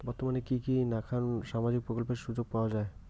বর্তমানে কি কি নাখান সামাজিক প্রকল্পের সুযোগ পাওয়া যায়?